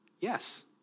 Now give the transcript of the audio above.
Yes